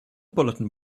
bulletin